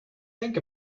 think